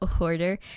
order